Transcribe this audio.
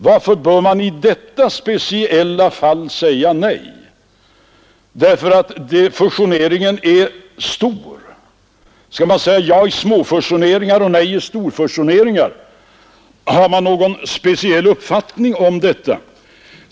Varför bör man i detta speciella fall säga nej? Därför att fusionen är stor? Skall man säga ja till småfusioneringar och nej till storfusioneringar? Har man någon speciell uppfattning om detta?